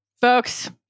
Folks